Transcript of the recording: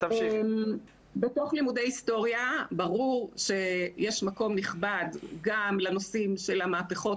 בתוך לימודי היסטוריה ברור שיש מקום נכבד גם לנושאים של המהפכות